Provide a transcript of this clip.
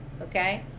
okay